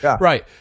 right